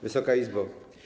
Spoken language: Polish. Wysoka Izbo!